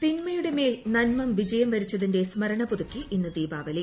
തിന്മയുടെ മേൽ നന്മ വിജയം വരിച്ചതിന്റെ സ്മരണ പുതുക്കി ഇന്ന് ദീപാവലി